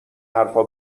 حرفا